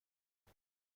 خوره